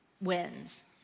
wins